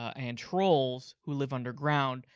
and trolls who live underground,